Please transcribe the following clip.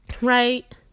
right